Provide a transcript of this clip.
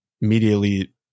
immediately